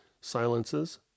silences